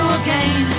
again